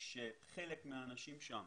שחלק מהאנשים שם